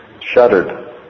shuddered